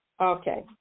Okay